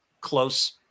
close